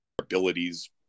abilities